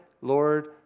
Lord